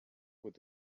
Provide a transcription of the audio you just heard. with